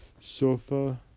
sofa